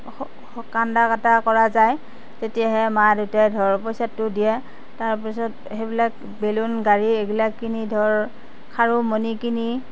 কন্দা কটা কৰা যায় তেতিয়াহে মা দেউতাই ধৰ পইচাটো দিয়ে তাৰপিছত সেইবিলাক বেলুন গাড়ী এইগিলা কিনি ধৰ খাৰু মণি কিনি